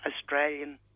Australian